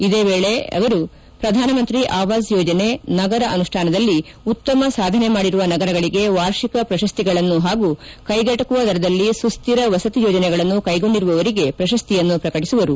ಇದೇ ವೇಳೆ ಅವರು ಪ್ರಧಾನಮಂತ್ರಿ ಆವಾಸ್ ಯೋಜನೆ ನಗರ ಅನುಷ್ಠಾನದಲ್ಲಿ ಉತ್ತಮ ಸಾಧನೆ ಮಾಡಿರುವ ನಗರಗಳಗೆ ವಾರ್ಷಿಕ ಪ್ರಶಸ್ತಿಗಳನ್ನು ಹಾಗೂ ಕೈಗೆಟಕುವ ದರದಲ್ಲಿ ಸುಸ್ತಿರ ವಸತಿ ಯೋಜನೆಗಳನ್ನು ಕೈಗೊಂಡಿರುವವರಿಗೆ ಪ್ರಶಸ್ತಿಯನ್ನು ಪ್ರಕಟಿಸುವರು